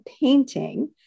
painting